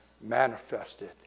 manifested